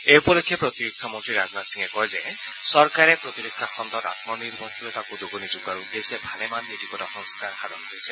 এই উপলক্ষে প্ৰতিৰক্ষা মন্ত্ৰী ৰাজনাথ সিঙে কয় যে চৰকাৰে প্ৰতিৰক্ষা খণ্ডত আমনিৰ্ভৰশীলতাক উদগনি যোগোৱাৰ উদ্দেশ্যে ভালেমান নীতিগত সংস্থাৰ সাধন কৰিছে